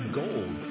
gold